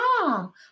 mom